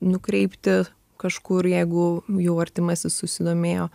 nukreipti kažkur jeigu jau artimasis susidomėjo